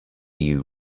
you